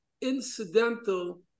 incidental